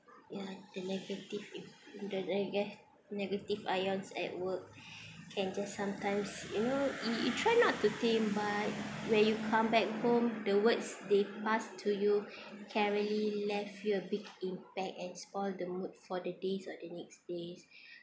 ya the negative i~ the nega ~ negative ions at work can just some sometimes you know you you try not to think but where you come back home the words they pass to you currently left you a big impact and spoil the mood for the days or the next days